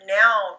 now